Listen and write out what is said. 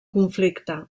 conflicte